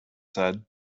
said